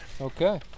Okay